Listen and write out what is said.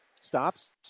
stops